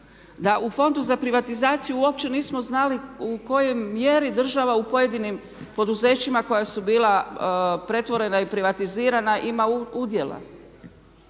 Da u Fondu za privatizaciju uopće nismo znali u kojoj mjeri država u pojedinim poduzećima koja su bila pretvorena i privatizirana ima udjela?